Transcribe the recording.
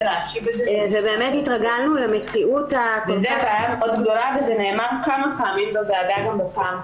אני כמובן מצטרפת ומחזקת את דבריה של חברתי